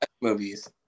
Movies